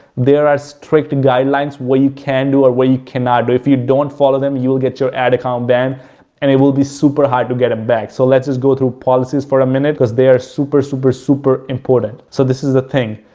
there are strict and guidelines what you can do or what you cannot do. if you don't follow them, you will get your ad account then and it will be super hard to get it back. so, let's just go through policies for a minute because they are super, super, super important. so, this is the thing,